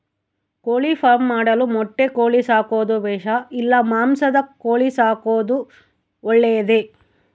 ಕೋಳಿಫಾರ್ಮ್ ಮಾಡಲು ಮೊಟ್ಟೆ ಕೋಳಿ ಸಾಕೋದು ಬೇಷಾ ಇಲ್ಲ ಮಾಂಸದ ಕೋಳಿ ಸಾಕೋದು ಒಳ್ಳೆಯದೇ?